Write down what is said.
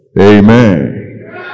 Amen